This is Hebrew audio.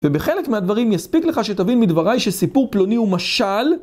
ובחלק מהדברים יספיק לך שתבין מדבריי שסיפור פלוני הוא משל.